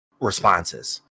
responses